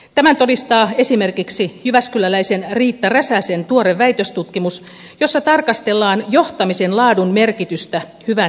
tämän todistaa esimerkiksi jyväskyläläisen riitta räsäsen tuore väitöstutkimus jossa tarkastellaan johtamisen laadun merkitystä hyvän elämän kokemukselle